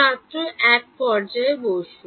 ছাত্র এক পর্যায়ে বসুন